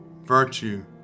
virtue